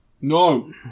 No